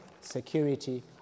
security